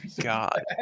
God